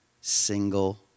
single